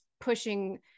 pushing